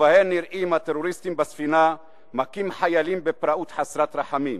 ובהן נראים הטרוריסטים בספינה מכים חיילים בפראות חסרת רחמים.